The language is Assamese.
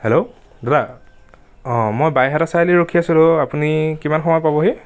হেল্ল' দাদা অঁ মই বাইহাটা চাৰিআলিত ৰখি আছিলোঁ আপুনি কিমান সময়ত পাবহি